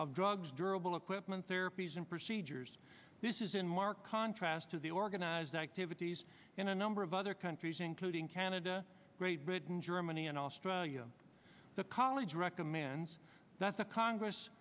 of drugs durable equipment therapies and procedures this is in marked contrast to the organized activities in a number of other countries including canada great britain germany and australia the college recommends that the congress